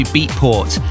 Beatport